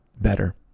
better